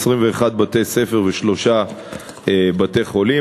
21 בתי-ספר ושלושה בתי-חולים.